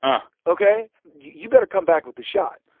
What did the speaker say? um ok? you better come back with the shot.